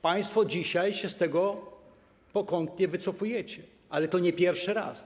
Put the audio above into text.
Państwo dzisiaj się z tego pokątnie wycofujecie, ale to nie jest pierwszy raz.